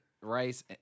rice